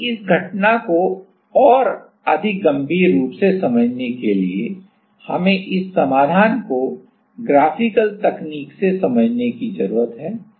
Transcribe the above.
लेकिन इस घटना को और अधिक गंभीर रूप से समझने के लिए हमें इस समाधान को ग्राफिकल तकनीक से समझने की जरूरत है